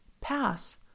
PASS